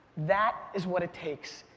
that is what it takes.